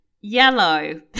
Yellow